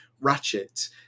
Ratchet